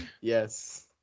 yes